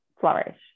flourish